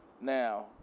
now